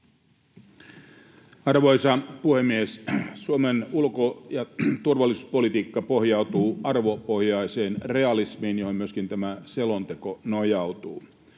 Arvoisa puhemies! Suomen ulko- ja turvallisuuspolitiikka pohjautuu arvopohjaiseen realismiin, johon myöskin tämä selonteko nojautuu.